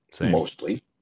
mostly